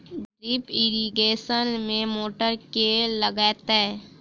Drip irrigation मे motor केँ लागतै?